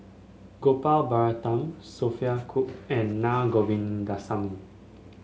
Gopal Baratham Sophia Cooke and Naa Govindasamy